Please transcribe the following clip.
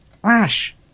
Flash